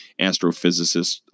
astrophysicist